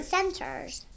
Centers